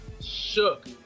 Shook